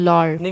Lord